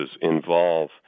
involve